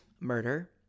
murder